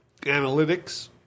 analytics